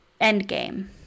Endgame